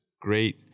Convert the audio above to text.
great